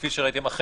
כפי שראיתם,